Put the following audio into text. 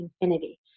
infinity